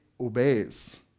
obeys